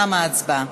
תמה ההצבעה.